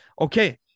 Okay